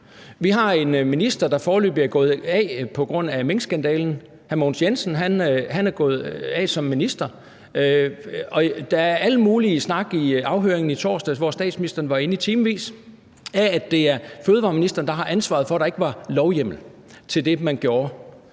Vi har en minister, der foreløbig er gået af på grund af minkskandalen – hr. Mogens Jensen er gået af som minister. Der er al mulig snak i løbet af afhøringen i torsdags, hvor statsministeren var inde i timevis, om, at det var fødevareministeren, der havde ansvaret for, at der ikke var lovhjemmel til det, man gjorde.